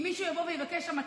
אם מחר תדרוש ממני,